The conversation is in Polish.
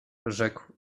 rzekł